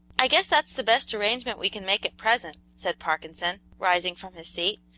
i guess that's the best arrangement we can make at present, said parkinson, rising from his seat.